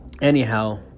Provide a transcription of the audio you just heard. Anyhow